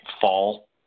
fall